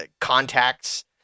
contacts